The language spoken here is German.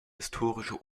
historische